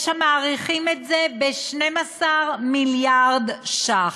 יש המעריכים את זה ב-12 מיליארד ש"ח.